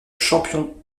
champion